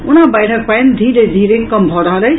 ओना बाढ़िक पानि धीरे धीरे कम भऽ रहल अछि